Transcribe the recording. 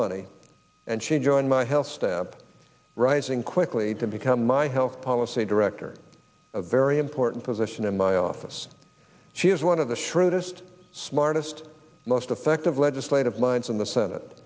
money and she joined my health step rising quickly to become my health policy director a very important position in my office she is one of the shrewdest smartest most effective legislative minds in the senate